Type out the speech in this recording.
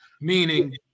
Meaning